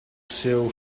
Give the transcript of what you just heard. sell